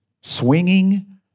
swinging